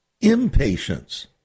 impatience